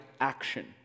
action